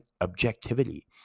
Objectivity